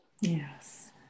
Yes